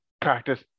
practice